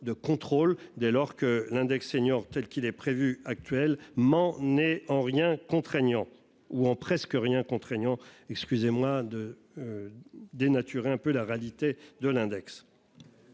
de contrôle dès lors que l'index senior telle qu'il est prévu actuelle ment n'est en rien contraignant ou en presque rien contraignant excusez-moi de. Dénaturer un peu la réalité de l'index.